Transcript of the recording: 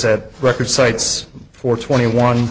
that record cites for twenty one